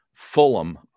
fulham